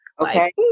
Okay